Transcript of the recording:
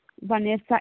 Vanessa